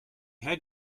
had